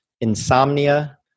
insomnia